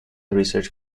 research